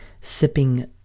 sipping